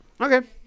Okay